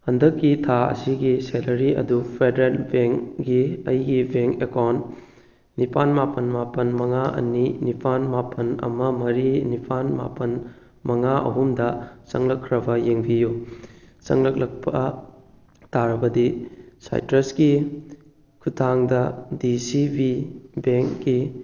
ꯍꯟꯗꯛꯀꯤ ꯊꯥ ꯑꯁꯤꯒꯤ ꯁꯦꯂꯔꯤ ꯑꯗꯨ ꯐꯦꯗ꯭ꯔꯦꯜ ꯕꯦꯡꯒꯤ ꯑꯩꯒꯤ ꯕꯦꯡ ꯑꯦꯀꯥꯎꯟ ꯅꯤꯄꯥꯜ ꯃꯥꯄꯜ ꯃꯥꯄꯜ ꯃꯉꯥ ꯑꯅꯤ ꯅꯤꯄꯥꯜ ꯃꯥꯄꯜ ꯑꯃ ꯃꯔꯤ ꯅꯤꯄꯥꯜ ꯃꯥꯄꯜ ꯃꯉꯥ ꯑꯍꯨꯝꯗ ꯆꯪꯂꯛꯈ꯭ꯔꯕ ꯌꯦꯡꯕꯤꯌꯨ ꯆꯪꯂꯛꯂꯛꯄ ꯇꯥꯔꯕꯗꯤ ꯁꯥꯏꯇ꯭ꯔꯁꯀꯤ ꯈꯨꯊꯥꯡꯗ ꯗꯤ ꯁꯤ ꯕꯤ ꯕꯦꯡꯀꯤ